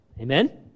Amen